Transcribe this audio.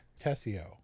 tessio